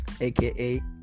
aka